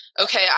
okay